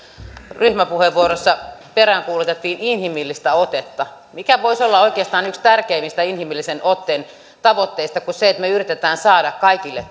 ryhmäpuheenvuorossa peräänkuulutettiin inhimillistä otetta mikä voisi oikeastaan olla tärkeämpi inhimillisen otteen tavoite kuin se että me yritämme saada kaikille